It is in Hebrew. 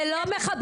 זה לא מכבד,